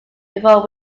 before